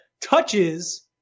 touches